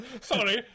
Sorry